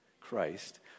Christ